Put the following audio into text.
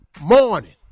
morning